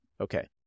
Okay